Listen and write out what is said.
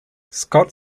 scott